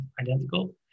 identical